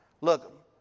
Look